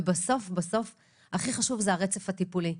ובסוף בסוף הכי חשוב זה הרצף הטיפולי,